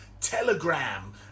Telegram